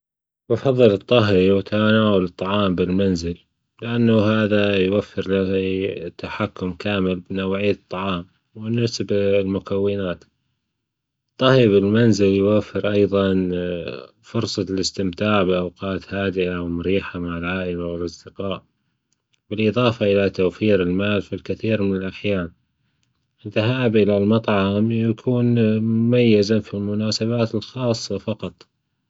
أفضل الطهي وتناول الطعام بالمنزل، لأنه هذا يوفر تحكم كامل بنوعية الطعام مناسب المكونات. الطهي بالمنزل يوفر أيضا فرصة الإستمتاع بأوقات هادئة ومريحة مع العائلة والأصدقاء بالإضافة إلى توفير الكثيرمن المال في الكثير من الأحيان، الذهاب الى المطعم يكون مميزا في المناسبات الخاصة فقط.